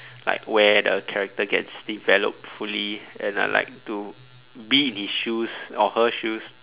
like where the character gets developed fully and I like to be in his shoes or her shoes